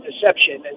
deception